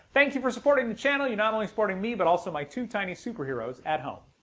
thank you for supporting the channel. you're not only supporting me but also my two tiny superheroes at home.